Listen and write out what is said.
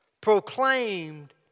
proclaimed